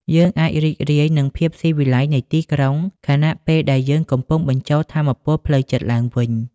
យើងអាចរីករាយនឹងភាពស៊ីវិល័យនៃទីក្រុង ខណៈពេលដែលយើងកំពុងបញ្ចូលថាមពលផ្លូវចិត្តឡើងវិញ។